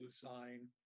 design